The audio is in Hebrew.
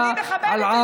אני מכבדת את זה.